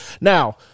Now